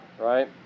right